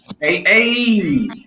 Hey